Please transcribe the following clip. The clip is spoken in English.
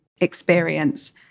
experience